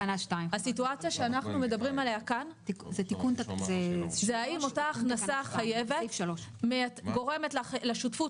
הסיטואציה שאנחנו מדברים עליה כאן זה האם אותה הכנסה חייבת גורמת לשותפות